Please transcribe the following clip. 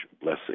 blessing